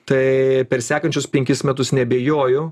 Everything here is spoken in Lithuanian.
tai per sekančius penkis metus neabejoju